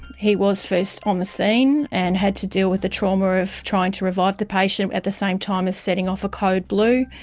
he was first on the scene, and had to deal with the trauma of trying to revive the patient at the same time as setting off a code blue,